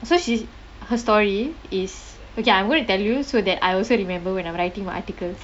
so she's her story is okay I'm gonna tell you so that I also remember when I'm writing my article